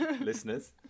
listeners